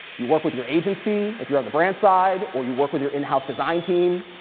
you work with your agency, if you're on the brand side, or you work with your in-house design team.